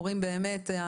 הורים באמת,